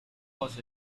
was